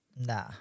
Nah